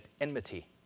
enmity